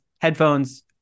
headphones